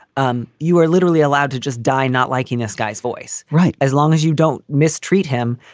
um you are literally allowed to just die. not liking this guy's voice. right. as long as you don't mistreat him,